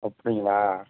அப்படிங்களா